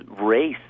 race